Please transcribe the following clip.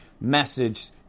message